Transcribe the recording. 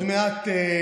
מהניסיון הדל שלי,